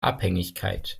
abhängigkeit